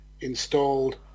installed